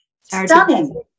Stunning